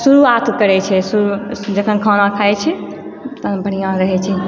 शुरुआत करैछै शुरू जखन खाना खाए छै तऽ बढ़िआँ रहए छै